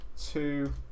two